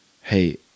hey